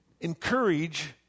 Encourage